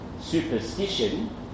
superstition